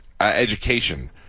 education